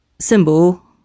symbol